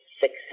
success